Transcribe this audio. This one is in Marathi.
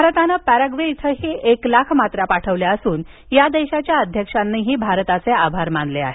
भारतानं पॅराग्वे इथंही एक लाख मात्रा पाठवल्या असून या देशाच्या अध्यक्षांनीही भारताचे आभार मानले आहेत